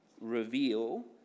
reveal